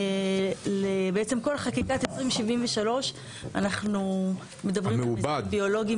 בעצם כל חקיקת 20(73) אנחנו מדברים על ביולוגי,